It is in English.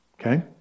Okay